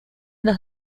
los